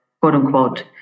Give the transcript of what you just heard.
quote-unquote